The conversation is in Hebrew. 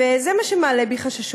וזה מה שמעלה בי חששות,